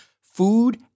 food